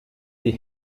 die